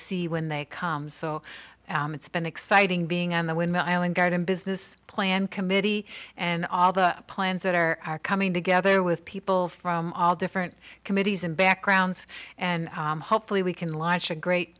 see when they come so it's been exciting being on the women island garden business plan committee and all the plans that are coming together with people from all different committees and backgrounds and hopefully we can lodge a great